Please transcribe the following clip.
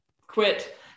quit